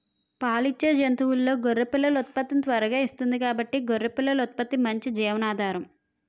పాలిచ్చే జంతువుల్లో గొర్రె పిల్లలు ఉత్పత్తిని త్వరగా ఇస్తుంది కాబట్టి గొర్రె పిల్లల ఉత్పత్తి మంచి జీవనాధారం